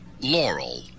Laurel